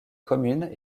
communes